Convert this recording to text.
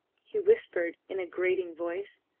he whispered in a grating voice.